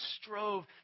strove